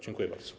Dziękuję bardzo.